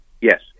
Yes